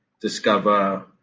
discover